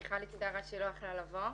מיכל הצטערה שהיא לא יכלה לבוא.